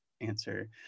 answer